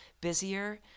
busier